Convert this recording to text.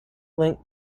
link